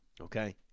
Okay